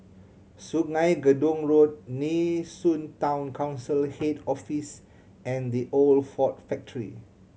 Sungei Gedong Road Nee Soon Town Council Head Office and The Old Ford Factory